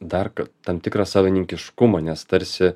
dar kart tam tikrą savininkiškumą nes tarsi